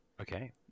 Okay